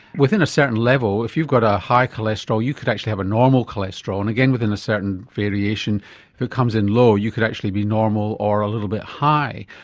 within a certain level if you've got a high cholesterol you could actually have a normal cholesterol and again within a certain variation it comes in low you could actually be normal, or a little bit high.